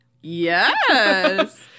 Yes